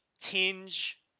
Tinge